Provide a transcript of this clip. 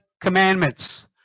commandments